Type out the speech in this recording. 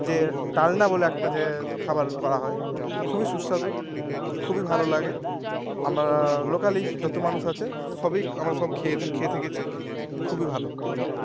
যে ডালনা বলে একটা যে খাবার করা হয় খুবই সুস্বাদু খুবই ভালো লাগে আমরা লোকালই যত মানুষ আছে সবই আমরা সব খেয়ে খেয়ে থেকেছি খুবই ভালো